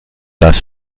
das